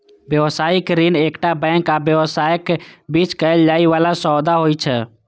व्यावसायिक ऋण एकटा बैंक आ व्यवसायक बीच कैल जाइ बला सौदा होइ छै